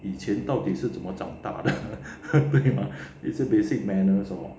以前到底是怎么长大的 it's basic manners lor